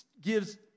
gives